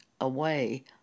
away